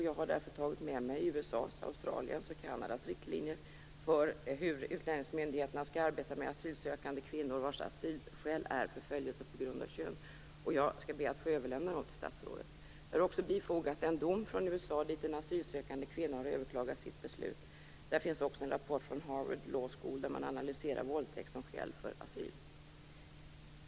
Jag har därför tagit med mig USA:s, Australiens och Kanadas riktlinjer för hur utlänningsmyndigheterna skall arbeta med asylsökande kvinnor vars asylskäl är förföljelse på grund av kön, och jag skall be att få överlämna dem till statsrådet. Jag har också bifogat en dom från USA, dit en asylsökande kvinna har överklagat sitt beslut. Där finns också en rapport från Harvard Law School, där man analyserar våldtäkt som skäl för asyl.